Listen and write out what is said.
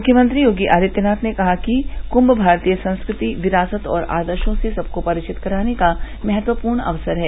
मुख्यमंत्री योगी आदित्यनाथ ने कहा कि कुंभ भारतीय संस्कृति विरासत और आदर्शो से सबको परिचित कराने का महत्वपूर्ण अवसर है